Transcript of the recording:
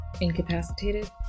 Incapacitated